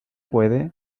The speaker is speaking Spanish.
puede